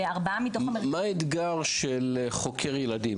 מה האתגר של חוקר ילדים?